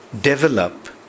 develop